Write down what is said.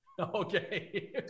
Okay